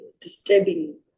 disturbing